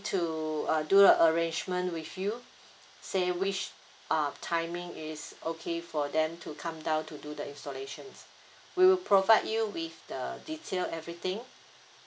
to uh do the arrangement with you say which uh timing is okay for them to come down to do the installations will provide you with the detail everything